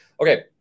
Okay